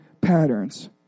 patterns